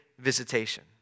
visitation